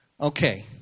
Okay